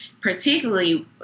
particularly